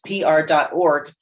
pr.org